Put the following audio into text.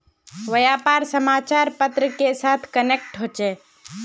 व्यापार समाचार पत्र के साथ कनेक्ट होचे?